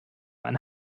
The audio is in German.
man